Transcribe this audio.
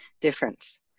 difference